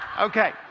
Okay